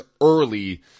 early